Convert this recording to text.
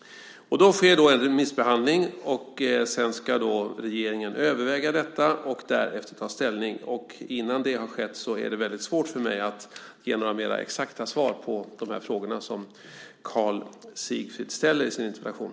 Det sker en remissbehandling. Sedan ska regeringen överväga detta och därefter ta ställning. Innan det har skett är det svårt för mig att ge några mer exakta svar på frågorna som Karl Sigfrid ställer i sin interpellation.